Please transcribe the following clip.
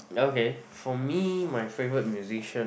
okay for me my favourite musician